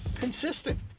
consistent